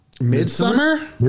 midsummer